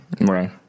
Right